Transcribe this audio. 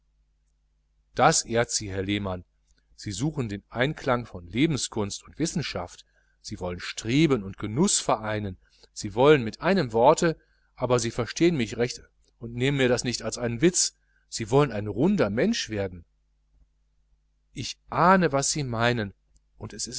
das ehrt sie herr lehmann sie suchen den einklang von lebenskunst und wissenschaft sie wollen streben und genuß vereinen sie wollen mit einem worte aber verstehen sie mich recht und nehmen sie das nicht etwa als einen witz sie wollen ein runder mensch werden ich ahne was sie meinen und es